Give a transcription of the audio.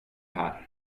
här